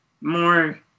more